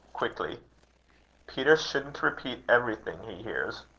quickly peter shouldn't repeat everything he hears.